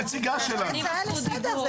ביקשתי הצעה לסדר,